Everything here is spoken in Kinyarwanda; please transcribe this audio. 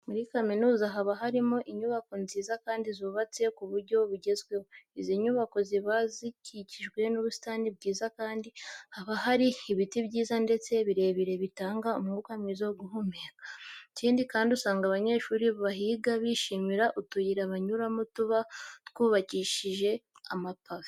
Muri kaminuza haba harimo inyubako nziza kandi zubatse ku buryo bugezweho. Izi nyubako ziba zikikijwe n'ubusitani bwiza kandi haba hari n'ibiti byiza ndetse birebire bitanga umwuka mwiza wo guhumeka. Ikindi kandi, usanga abanyeshuri bahiga bishimira utuyira banyuramo tuba twubakishije amapave.